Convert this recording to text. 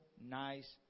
nice